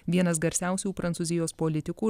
vienas garsiausių prancūzijos politikų